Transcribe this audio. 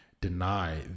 deny